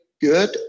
good